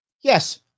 Yes